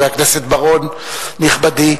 חבר הכנסת בר-און נכבדי,